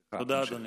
תודה, אדוני.